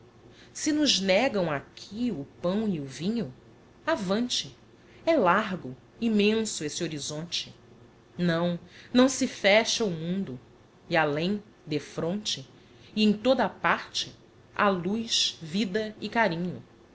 se nos negam aqui o pão e o vinho avante é largo immenso esse horizonte não não se fecha o mundo e além defronte e em toda a parte ha luz vida e carinho